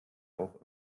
auch